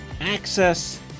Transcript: access